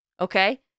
okay